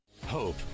hope